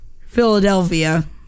Philadelphia